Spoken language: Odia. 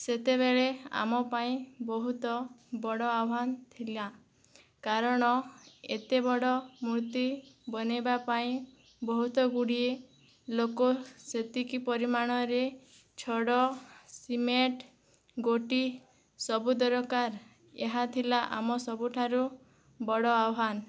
ସେତେବେଳେ ଆମ ପାଇଁ ବହୁତ ବଡ଼ ଆହ୍ୱାନ୍ ଥିଲା କାରଣ ଏତେବଡ଼ ମୂର୍ତ୍ତି ବନାଇବା ପାଇଁ ବହୁତ ଗୁଡ଼ିଏ ଲୋକ ସେତିକି ପରିମାଣରେ ଛଡ଼ ସିମେଣ୍ଟ୍ ଗୋଟି ସବୁ ଦରକାର ଏହା ଥିଲା ଆମ ସବୁଠାରୁ ବଡ଼ ଆହ୍ୱାନ୍